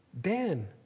dan